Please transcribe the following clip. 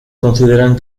consideran